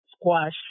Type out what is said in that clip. squash